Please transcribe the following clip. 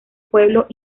pueblo